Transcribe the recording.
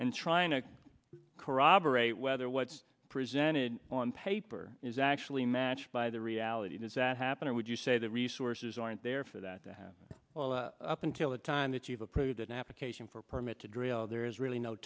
and trying to corroborate whether what's presented on paper is actually matched by the reality does that happen or would you say the resources aren't there for that to happen well up until the time that you've approved an application for a permit to drill there is really no